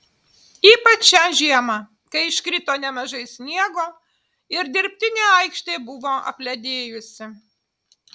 ypač šią žiemą kai iškrito nemažai sniego ir dirbtinė aikštė buvo apledėjusi